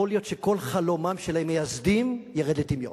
יכול להיות שכל חלומם של המייסדים ירד לטמיון.